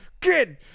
kid